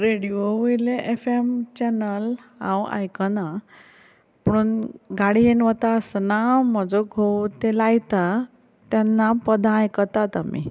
radio वयले F M channel हांव आयकना पुणून गाडयेन वता आसतना म्हजो घोव तें लायता तेन्ना पदां आयकतात आमी